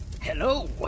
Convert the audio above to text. Hello